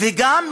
וגם,